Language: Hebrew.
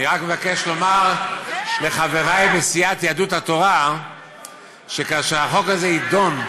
אני רק מבקש לומר לחברי בסיעת יהדות התורה שכאשר החוק הזה יידון,